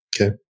Okay